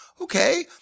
Okay